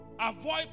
avoid